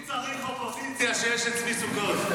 מי צריך אופוזיציה כשיש את צבי סוכות?